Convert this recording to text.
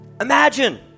Imagine